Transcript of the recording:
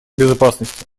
безопасности